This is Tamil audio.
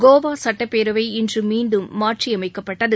கோவா சட்டப்பேரவை இன்று மீண்டும் மாற்றியமைக்கப்பட்டது